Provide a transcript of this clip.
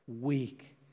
weak